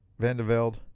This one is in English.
Vanderveld